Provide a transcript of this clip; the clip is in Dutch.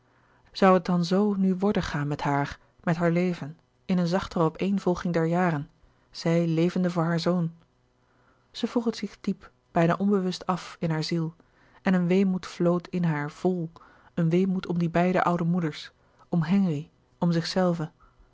zoû het dan zoo nu worden gaan met haar met haar leven in een zachtere opeenvolging der jaren zij levende voor haar zoon zij vroeg het zich diep bijna onbewust af in hare ziel en een weemoed vloot in haar vol een weemoed om die beide oude moeders om henri om zichzelve